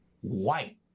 White